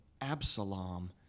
Absalom